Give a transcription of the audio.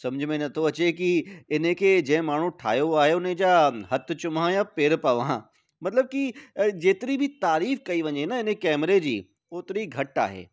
समुझ में नथो अचे की इन खे जंहिं माण्हूअ ठाहियो आहे उन जा हथ चुमां यां पेर पवां मतिलब की जेतिरी बि तारीफ़ कई वञे न इन केमिरे जी ओतिरी घटि आहे